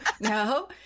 no